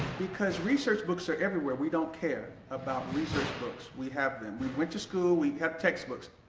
because research books are everywhere, we don't care about research books we have them. we went to school, we had textbooks.